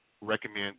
recommend